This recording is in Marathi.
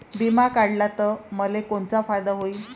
बिमा काढला त मले कोनचा फायदा होईन?